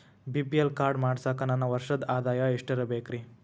BPL card ಮಾಡ್ಸಾಕ ನನ್ನ ವರ್ಷದ್ ಆದಾಯ ಎಷ್ಟ ಇರಬೇಕ್ರಿ?